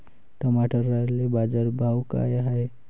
टमाट्याले बाजारभाव काय हाय?